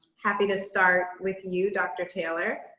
happy to start with you, dr. taylor